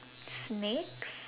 snakes